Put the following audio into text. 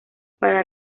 para